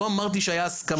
לא אמרתי שהיו הסכמות.